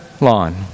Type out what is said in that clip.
lawn